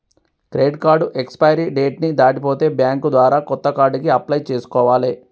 credit card expiry date ని దాటిపోతే bank ద్వారా కొత్త కార్డుకి అప్లై చేసుకోవాలే